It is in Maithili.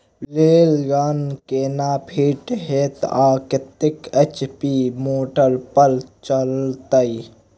रेन गन केना फिट हेतइ आ कतेक एच.पी मोटर पर चलतै?